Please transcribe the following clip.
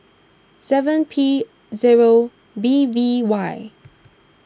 seven P zero B V Y